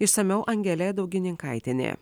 išsamiau angelė daugininkaitienė